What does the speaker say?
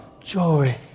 joy